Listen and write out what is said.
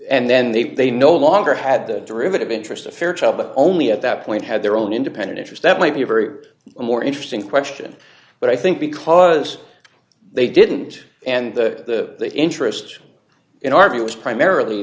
and then they they no longer had the derivative interest a fair trial but only at that point had their own independent interest that might be a very more interesting question but i think because they didn't and the interest in our view was primarily